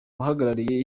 uhagarariye